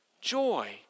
joy